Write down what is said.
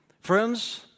Friends